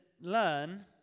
learn